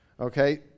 Okay